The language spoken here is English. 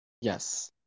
Yes